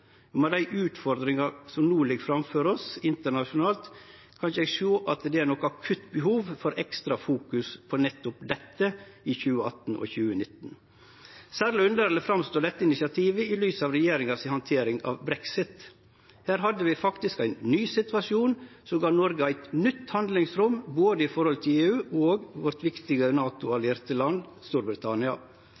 tida. Med dei utfordringane som no ligg framfor oss internasjonalt, kan ikkje eg sjå at det er noko akutt behov for ekstra fokus på nettopp dette i 2018 og 2019. Særleg underleg er dette initiativet sett i lys av regjeringa si handtering av brexit. Vi hadde faktisk ein ny situasjon, som gav Noreg eit nytt handlingsrom både overfor EU og overfor sitt viktige NATO-allierte land, Storbritannia.